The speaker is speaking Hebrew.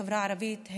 בחברה הערבית,